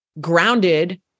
grounded